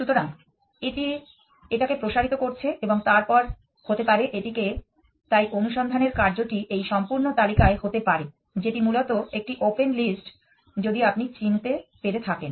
সুতরাং এটি এটাকে প্রসারিত করছে এবং তারপর হতে পারে এটিকে তাই অনুসন্ধানের কার্যটি এই সম্পূর্ণ তালিকায় হতে পারে যেটি মূলত একটি ওপেন লিস্ট যদি আপনি চিনতে পেরে থাকেন